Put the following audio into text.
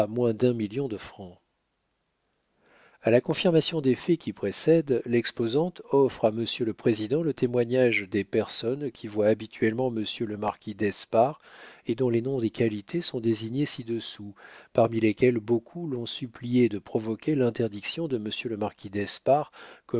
moins d'un million de francs a la confirmation des faits qui précèdent l'exposante offre à monsieur le président le témoignage des personnes qui voient habituellement monsieur le marquis d'espard et dont les noms et qualités sont désignés ci-dessous parmi lesquelles beaucoup l'ont suppliée de provoquer